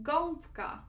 Gąbka